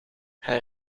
haar